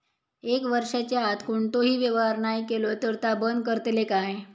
एक वर्षाच्या आत कोणतोही व्यवहार नाय केलो तर ता बंद करतले काय?